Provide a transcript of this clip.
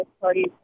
parties